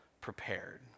prepared